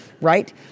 right